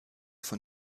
von